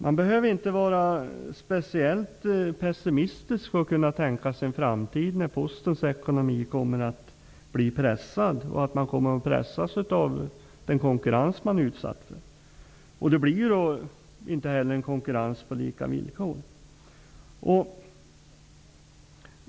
Man behöver inte vara speciellt pessimistisk för att kunna tänka sig att Postens ekonomi i framtiden kommer att kunna bli pressad, att Posten kommer att pressas av den konkurrens man är utsatt för. Det blir ju då inte heller en konkurrens på lika villkor.